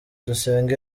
dusenga